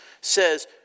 says